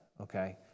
Okay